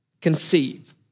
conceive